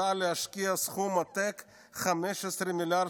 החלטה להשקיע סכום עתק של 15 מיליארד